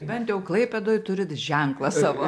bent jau klaipėdoj turit ženklą savo